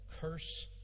curse